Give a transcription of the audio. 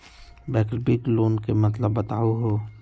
वैकल्पिक लोन के मतलब बताहु हो?